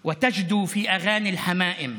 יקום לתחייה / וקולות היונים יפיחו בי חדווה /